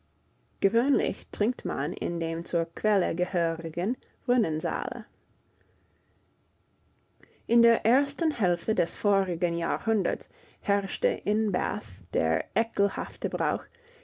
gewöhnlich trinkt man in dem zur quelle gehörigen brunnensaale in der ersten hälfte des vorigen jahrhunderts herrschte in bath der ekelhafte brauch